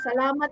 salamat